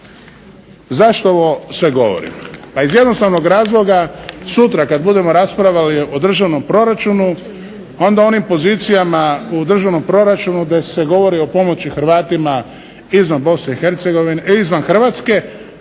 Zašto ovo sve govorim? Pa iz jednostavnog razloga, sutra kad budemo raspravljali o državnom proračunu onda onim pozicijama u državnom proračunu gdje se govori o pomoći Hrvatima izvan Hrvatske